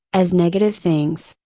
as negative things,